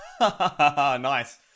Nice